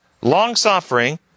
long-suffering